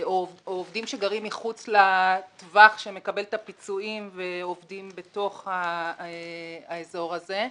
עובדים שגרים מחוץ לטווח שמקבל את הפיצויים ועובדים בתוך האזור הזה.